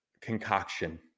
concoction